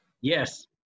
Yes